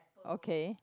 okay